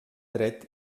dret